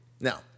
Now